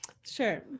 Sure